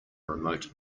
remote